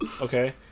okay